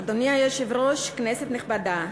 אדוני היושב-ראש, כנסת נכבדה,